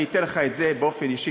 אני אתן לך את זה באופן אישי,